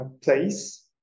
place